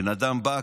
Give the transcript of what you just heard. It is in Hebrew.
בן אדם בא,